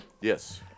Yes